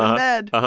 ah bed